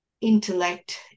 intellect